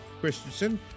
Christensen